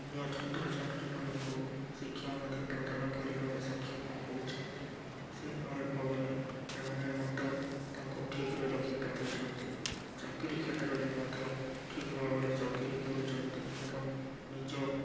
ଅନ୍ୟ ଛାତ୍ରଛାତ୍ରୀ ମାନଙ୍କୁ ଶିକ୍ଷା ମଧ୍ୟ ପ୍ରଦାନ କରିବାରେ ସକ୍ଷମ ହେଉଛନ୍ତି ସେହିପରି ଭାବରେ ସେମାନେ ମତ ତାଙ୍କ ଠିକରେ ରଖିପାରୁଛନ୍ତି ଚାକିରୀ କ୍ଷେତ୍ରରେ ମଧ୍ୟ ଠିକ ଭାବରେ ଚାକିରୀ କରୁଛନ୍ତି ଏବଂ ନିଜ